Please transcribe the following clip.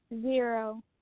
Zero